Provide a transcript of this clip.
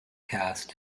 cast